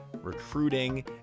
recruiting